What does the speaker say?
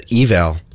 eval